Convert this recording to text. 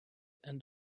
and